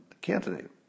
candidate